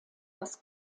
das